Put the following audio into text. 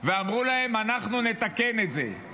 ואמרו להן: אנחנו נתקן את זה.